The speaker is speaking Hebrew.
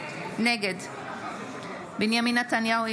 שרון ניר בנימין נתניהו,